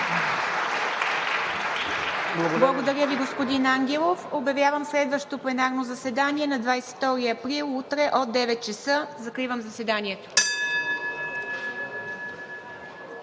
Благодаря Ви, господин Ангелов. Обявявам следващото пленарно заседание – на 22 април 2021 г., утре, от 9,00 часа. Закривам заседанието.